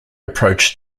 approach